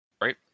Right